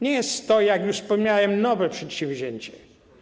Nie jest to, jak już wspomniałem, nowe przedsięwzięcie.